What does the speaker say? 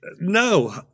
No